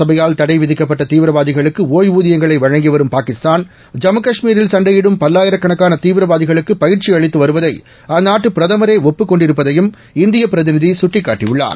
சபையால் தடை விதிக்கப்பட்ட தீவிரவாதிகளுக்கு ஓய்வூதியங்களை வழங்கி வரும் பாகிஸ்தான் ஜம்மு காஷ்மீரில் பல்லாயிரக்கணக்கான சண்டையிடும் தீவிரவாதிகளுக்கு பயிற்சி அளித்து வருவதை அந்நாட்டு பிரதமரே ஒப்புக் கொண்டிருப்பதையும் இந்திய பிரதிநிதி சுட்டிக்காட்டியுள்ளார்